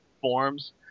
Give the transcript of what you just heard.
forms